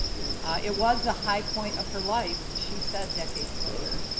it was the high point of her life she said decades later.